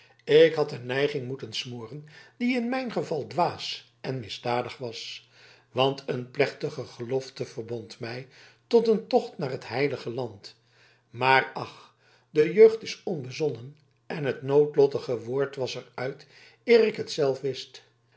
ik had een neiging moeten smoren die in mijn geval dwaas en misdadig was want een plechtige gelofte verbond mij tot een tocht naar het heilige land maar ach de jeugd is onbezonnen en het noodlottige woord was er uit eer ik het zelf wist